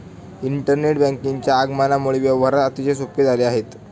internet बँकिंगच्या आगमनामुळे व्यवहार अतिशय सोपे झाले आहेत